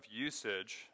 usage